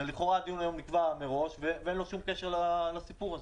הרי לכאורה הדיון היום נקבע מראש ואין לו שום קשר לסיפור הזה.